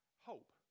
hope